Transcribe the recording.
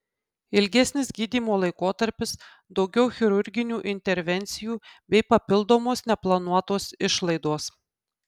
ilgesnis gydymo laikotarpis daugiau chirurginių intervencijų bei papildomos neplanuotos išlaidos